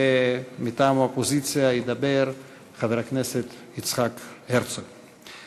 ומטעם האופוזיציה ידבר חבר הכנסת יצחק הרצוג.